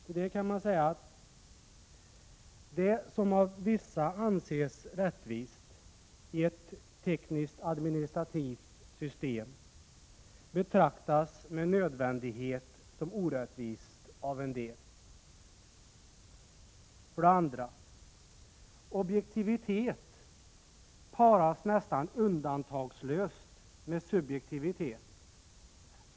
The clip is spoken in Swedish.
Om detta kan man för det första säga att det som av vissa anses som rättvist i ett tekniskt administrativt system betraktas med nödvändighet som orättvist av andra. För det andra paras objektivitet nästan undantagslöst med subjektivitet.